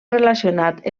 relacionat